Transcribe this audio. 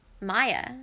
Maya